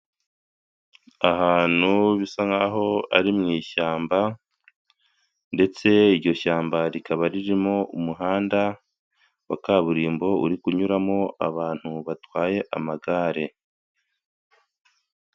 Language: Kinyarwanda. Ahantu bisa nkaho'a ari mu ishyamba, ndetse iryo shyamba rikaba ririmo umuhanda wa kaburimbo uri kunyuramo abantu batwaye amagare.